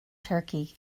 turkey